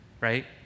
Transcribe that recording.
right